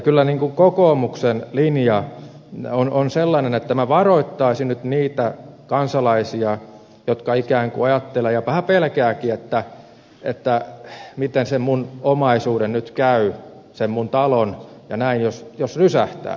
kyllä kokoomuksen linja on sellainen että minä varoittaisin nyt niitä kansalaisia jotka ikään kuin ajattelevat ja vähän pelkäävätkin että miten sen minun omaisuuteni nyt käy sen minun taloni ja näin jos rysähtää